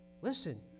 Listen